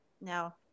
Now